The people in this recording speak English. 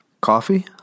Coffee